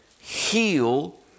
heal